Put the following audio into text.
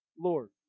Lord